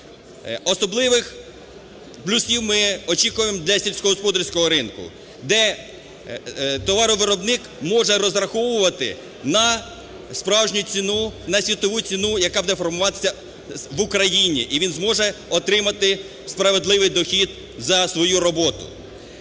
Особливих плюсів ми очікуємо для сільськогосподарського ринку, де товаровиробник може розраховувати на справжню ціну, на світову ціну, яка буде формуватися в Україні, і він зможе отримати справедливий дохід за свою роботу.